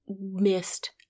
missed